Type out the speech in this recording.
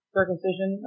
Circumcision